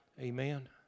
Amen